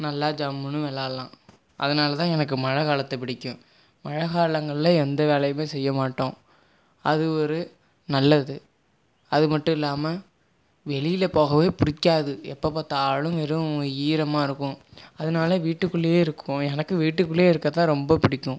நல்ல ஜம்முனு விளையாடலாம் அதனால் தான் எனக்கு மழை காலத்தை பிடிக்கும் மழை காலங்களில் எந்த வேலையுமே செய்ய மாட்டோம் அது ஒரு நல்லது அது மட்டும் இல்லாமல் வெளியில் போகவே பிடிக்காது எப்போ பார்த்தாலும் வெறும் ஈரமாக இருக்கும் அதுனால் வீட்டுக்குள்ளேயே இருக்கும் எனக்கும் வீட்டுக்குள்ளேயே இருக்கறது தான் ரொம்ப பிடிக்கும்